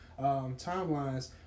timelines